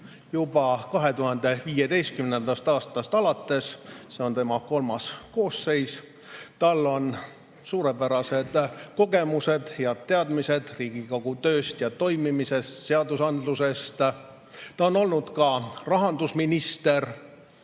juba 2015. aastast alates. See on tema kolmas koosseis. Tal on suurepärased kogemused ja teadmised Riigikogu tööst ja toimimisest, seadusandlusest. Ta on olnud ka rahandusminister,